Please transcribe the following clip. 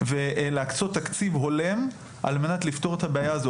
ולהקצות תקציב הולם על מנת לפתור את הבעיה הזו,